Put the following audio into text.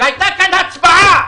והייתה כאן הצבעה,